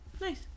Nice